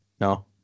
No